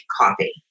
Coffee